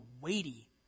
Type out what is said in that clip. weighty